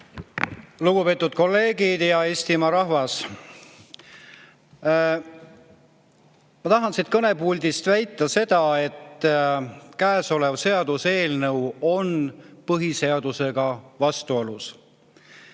Lugupeetud kolleegid! Hea Eestimaa rahvas! Ma tahan siit kõnepuldist väita seda, et käesolev seaduseelnõu on põhiseadusega vastuolus.